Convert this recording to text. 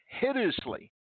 hideously